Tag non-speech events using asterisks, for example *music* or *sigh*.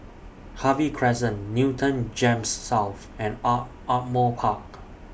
Harvey Crescent Newton Gems South and *noise* Ardmore Park